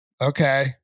okay